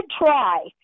try